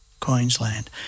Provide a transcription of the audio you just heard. Queensland